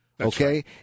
Okay